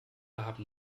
haben